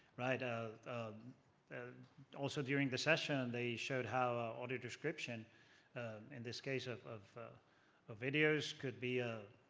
right? ah um and also during the session, they showed how audio description in this case of of ah videos could be, ah